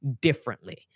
differently